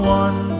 one